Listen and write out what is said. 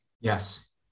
Yes